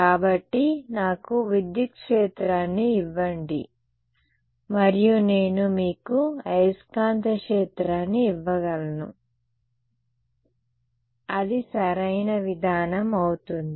కాబట్టి నాకు విద్యుత్ క్షేత్రాన్ని ఇవ్వండి మరియు నేను మీకు అయస్కాంత క్షేత్రాన్ని ఇవ్వగలను అది సరైన విధానం అవుతుంది